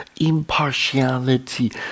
impartiality